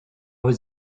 was